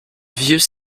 vieux